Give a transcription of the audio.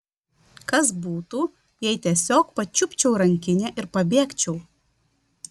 kas būtų jei tiesiog pačiupčiau rankinę ir pabėgčiau